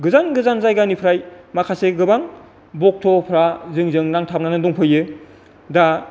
गोजान गोजान जायगानिफ्राय माखासे गोबां भक्ट'फ्रा जोंजों नांथाबनानै दंफैयो दा